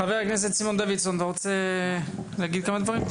חבר הכנסת סימון דוידסון, רוצה להגיד כמה דברים?